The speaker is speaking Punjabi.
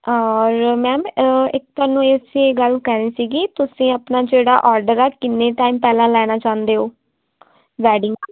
ਔਰ ਮੈਮ ਇੱਕ ਤੁਹਾਨੂੰ ਇਹ ਅਸੀਂ ਇਹ ਗੱਲ ਕਹਿਣੀ ਸੀਗੀ ਤੁਸੀਂ ਆਪਣਾ ਜਿਹੜਾ ਓਰਡਰ ਆ ਕਿੰਨੇ ਟਾਈਮ ਪਹਿਲਾਂ ਲੈਣਾ ਚਾਹੁੰਦੇ ਹੋ ਵੈਡਿੰਗ